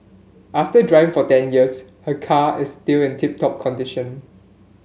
after drive for ten years her car is still in tip top condition